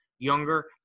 younger